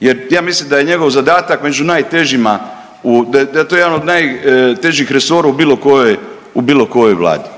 jer ja mislim da je njegov zadatak među najtežima, da je to jedan od najtežih resora u bilo kojoj vladi.